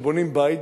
כשבונים בית,